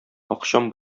акчам